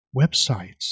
websites